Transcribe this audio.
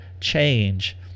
change